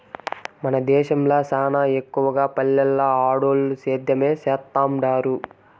మన దేశంల సానా ఎక్కవగా పల్లెల్ల ఆడోల్లు సేద్యమే సేత్తండారు